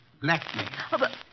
Blackmail